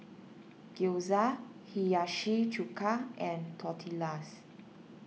Gyoza Hiyashi Chuka and Tortillas